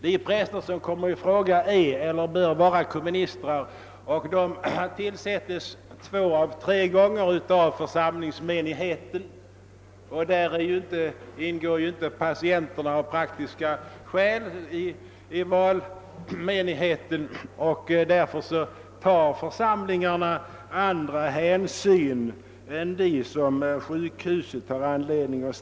De präster som kommer i fråga är eller bör vara komministrar, och de tillsätts två gånger av tre av församlingsmenigheten. Av praktiska skäl ingår naturligtvis inte patienterna i valmenigheten, och därför tar församlingarna också som regel andra hänsyn vid tjänstetillsättningarna.